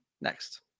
next